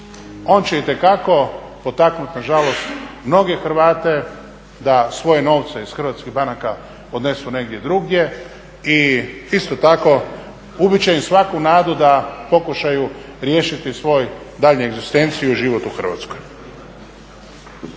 On će itekako potaknuti na žalost mnoge Hrvate da svoje novce iz hrvatskih banaka odnesu negdje drugdje. I isto tako ubit će im svaku nadu da pokušaju riješiti svoju daljnju egzistenciju i život u Hrvatskoj.